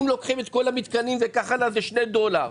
אם לוקחים את כל המתקנים, זה שני דולר.